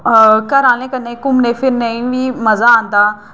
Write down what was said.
घरै आह्लें कन्नै घुमने फिरने ई बी मजा औंदा